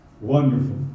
Wonderful